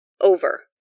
Over